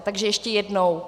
Takže ještě jednou.